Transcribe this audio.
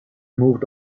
moved